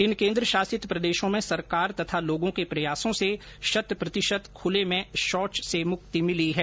इन केंद्र शासित प्रदेशों में सरकार तथा लोगों के प्रयासों से शत प्रतिशत खूले में शौच से मुक्ति मिली है